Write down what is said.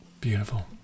beautiful